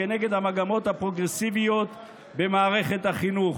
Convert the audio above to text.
כנגד המגמות הפרוגרסיביות במערכת החינוך.